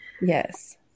Yes